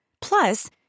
Plus